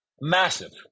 massive